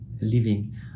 living